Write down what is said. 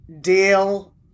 deal